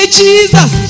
jesus